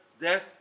death